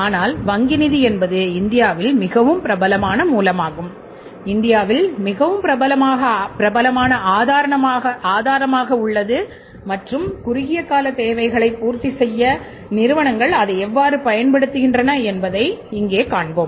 ஆனால் வங்கி நிதி என்பது இந்தியாவில் மிகவும் பிரபலமான மூலமாகும் இந்தியாவில் மிகவும் பிரபலமான ஆதாரமாக உள்ளது மற்றும் குறுகிய கால தேவைகளை பூர்த்தி செய்ய நிறுவனங்கள் அதை எவ்வாறு பயன்படுத்துகின்றன என்பதைக் காண்போம்